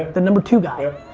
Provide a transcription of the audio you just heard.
the number two guy. yeah,